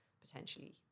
potentially